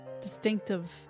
distinctive